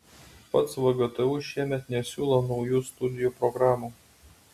pats vgtu šiemet nesiūlo naujų studijų programų